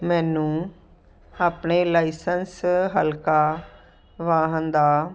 ਮੈਨੂੰ ਆਪਣੇ ਲਾਈਸੈਂਸ ਹਲਕਾ ਵਾਹਨ ਦਾ